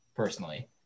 Personally